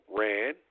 ran